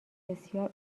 بسیار